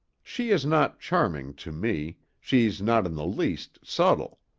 she is not charming to me, she's not in the least subtle.